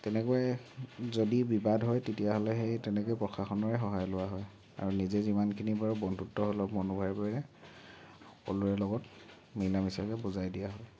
তেনেকৈ যদি বিবাদ হয় তেতিয়া হ'লে সেই তেনেকৈ প্ৰশাসনৰে সহায় লোৱা হয় আৰু নিজে যিমানখিনি পাৰো বন্ধুত্ব সুলভ মনোভাৱেৰে সকলোৰে লগত মিলামিচাকৈ বুজাই দিয়া হয়